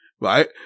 right